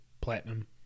platinum